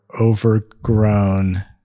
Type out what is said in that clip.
overgrown